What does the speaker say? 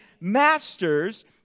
masters